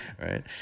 right